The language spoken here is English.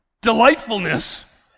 delightfulness